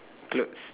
clothes